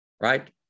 right